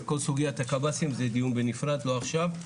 כל סוגיית הקבסי"ם היא דיון נפרד לא עכשיו.